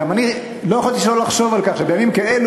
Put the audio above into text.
גם אני לא יכולתי שלא לחשוב על כך שבימים כאלו